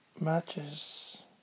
matches